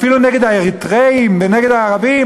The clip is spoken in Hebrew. אפילו נגד האריתריאים ונגד הערבים,